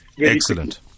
Excellent